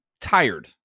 tired